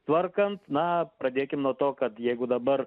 tvarkant na pradėkim nuo to kad jeigu dabar